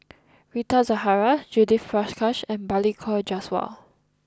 Rita Zahara Judith Prakash and Balli Kaur Jaswal